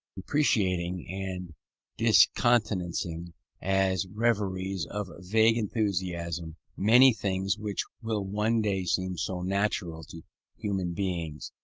deprecating and discountenancing as reveries of vague enthusiasm many things which will one day seem so natural to human beings,